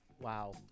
Wow